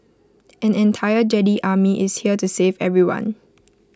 an entire Jedi army is here to save everyone